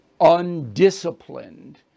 undisciplined